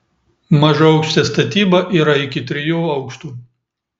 mažaaukštė statyba yra iki trijų aukštų